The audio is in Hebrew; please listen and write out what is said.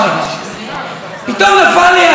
פתאום נפל לי האסימון,